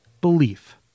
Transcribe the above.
belief